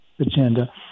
agenda